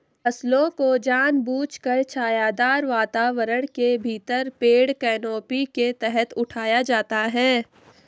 फसलों को जानबूझकर छायादार वातावरण के भीतर पेड़ कैनोपी के तहत उठाया जाता है